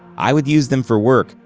i would use them for work.